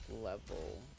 level